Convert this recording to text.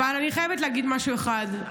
ואני חייבת להגיד משהו אחד,